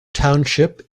township